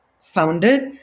founded